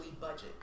budget